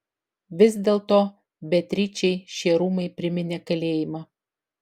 vis dėlto beatričei šie rūmai priminė kalėjimą